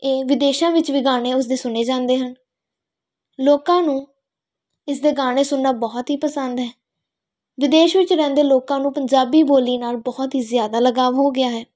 ਇਹ ਵਿਦੇਸ਼ਾਂ ਵਿੱਚ ਵੀ ਗਾਣੇ ਉਸਦੇ ਸੁਣੇ ਜਾਂਦੇ ਹਨ ਲੋਕਾਂ ਨੂੰ ਇਸਦੇ ਗਾਣੇ ਸੁਣਨਾ ਬਹੁਤ ਹੀ ਪਸੰਦ ਹੈ ਵਿਦੇਸ਼ ਵਿੱਚ ਰਹਿੰਦੇ ਲੋਕਾਂ ਨੂੰ ਪੰਜਾਬੀ ਬੋਲੀ ਨਾਲ ਬਹੁਤ ਹੀ ਜ਼ਿਆਦਾ ਲਗਾਅ ਹੋ ਗਿਆ ਹੈ